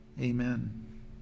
Amen